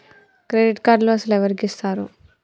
Credit కార్డులు అసలు ఎవరికి ఇస్తారు?